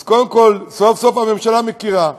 אז קודם כול, סוף-סוף הממשלה מכירה.